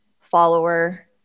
follower